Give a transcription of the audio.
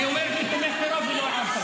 היא אומרת לי "תומך טרור" ולא הערת לה.